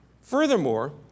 Furthermore